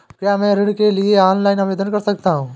क्या मैं ऋण के लिए ऑनलाइन आवेदन कर सकता हूँ?